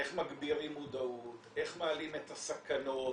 איך מגבירים מודעות, איך מעלים את הסכנות.